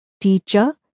teacher